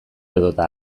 edota